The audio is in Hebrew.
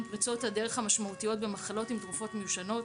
פריצות הדרך המשמעותיות במחלות עם תרופות מיושנות.